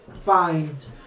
find